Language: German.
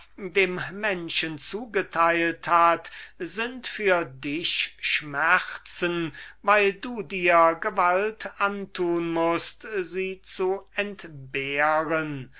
dem menschen zugeteilt hat sind für dich schmerzen weil du dir gewalt antun mußt sie zu entbehren